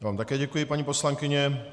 Já vám také děkuji, paní poslankyně.